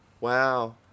Wow